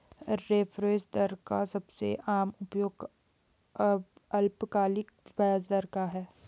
reference दर का सबसे आम उपयोग अल्पकालिक ब्याज दर का है